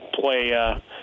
play –